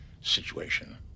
situation